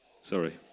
Sorry